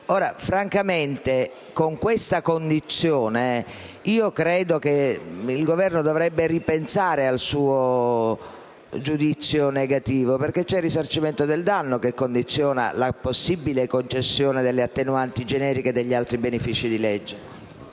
Francamente, con questa condizione, io credo che il Governo dovrebbe ripensare al suo giudizio negativo perché c'è il risarcimento del danno che condiziona la possibile concessione delle attenuanti generiche degli altri benefici di legge.